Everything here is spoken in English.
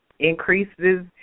Increases